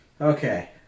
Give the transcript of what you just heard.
Okay